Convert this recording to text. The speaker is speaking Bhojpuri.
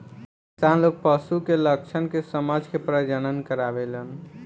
किसान लोग पशु के लक्षण के समझ के प्रजनन करावेलन